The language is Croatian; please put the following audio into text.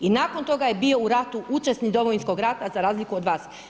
I nakon toga je bio u ratu, učesnik Domovinskog rata za razliku od vas.